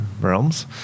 realms